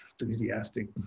enthusiastic